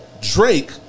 Drake